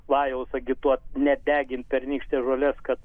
vajaus agituot nedegint pernykštės žolės kad